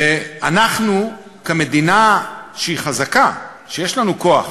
ואנחנו כמדינה שהיא חזקה, יש לנו כוח,